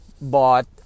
bought